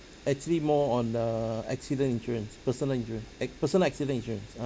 actually more on the accident insurance personal injury eh personal accident insurance ah